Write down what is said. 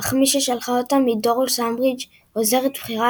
אך מי ששלחה אותם היא דולורס אמברידג' עוזרת בכירה